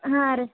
ಹಾಂ ರೀ